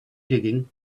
digging